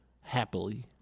happily